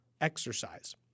exercise